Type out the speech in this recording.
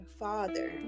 father